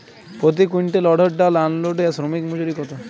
প্রতি কুইন্টল অড়হর ডাল আনলোডে শ্রমিক মজুরি কত?